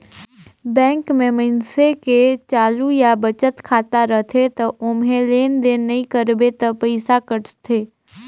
bank में मइनसे के चालू या बचत खाता रथे त ओम्हे लेन देन नइ करबे त पइसा कटथे